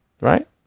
Right